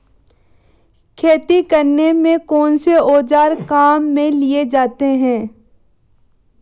खेती करने में कौनसे औज़ार काम में लिए जाते हैं?